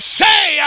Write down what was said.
say